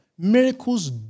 Miracles